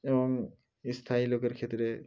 এবং স্থায়ী লোকের ক্ষেত্রে